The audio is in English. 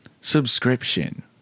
subscription